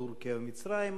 טורקיה ומצרים,